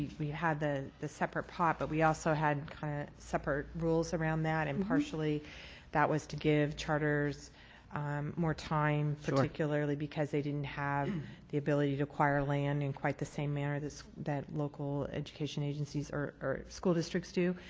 we had the the separate pot, but we also had kind of separate rules around that and partially that was to give charters more time particularly because they didn't have the ability to acquire land in quite the same manner that local education agencies or school districts do.